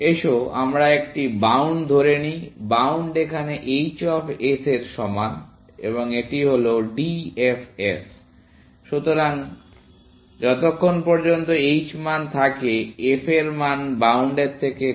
এসো আমরা একটি বাউন্ড ধরে নেই বাউন্ড এখানে h অফ s এর সমান এবং এটি হলো DFS যতক্ষণ পর্যন্ত h মান থাকে f এর মান বাউন্ড এর থেকে কম হয়